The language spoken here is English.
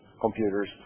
computers